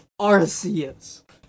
Arceus